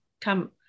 come